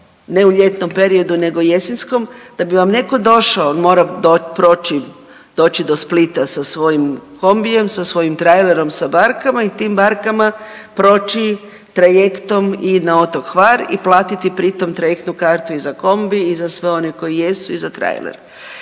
ne u ljetnom periodu nego jesenskom da bi vam neko došao on mora proći doći do Splita sa svojim kombijem, sa svojim trailerom, sa barkama i tim barkama proći trajektom i na otok Hvar i platiti pri tom trajektnu kartu i za kombi i za sve one koji jesu i za trailer.